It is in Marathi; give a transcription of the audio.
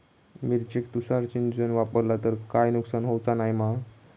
मिरचेक तुषार सिंचन वापरला तर काय नुकसान होऊचा नाय मा?